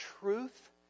truth